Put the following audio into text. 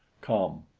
come!